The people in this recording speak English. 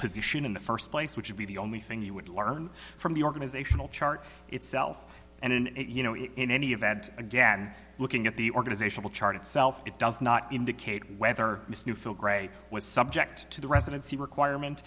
position in the first place which would be the only thing you would learn from the organizational chart itself and you know it in any event again looking at the organizational chart itself it does not indicate whether this new field grey was subject to the residency requirement